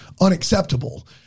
unacceptable